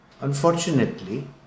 Unfortunately